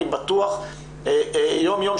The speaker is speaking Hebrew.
אני בטוח שיום יום,